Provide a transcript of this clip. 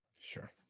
Sure